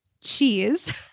cheese